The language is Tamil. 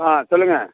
ஆ சொல்லுங்க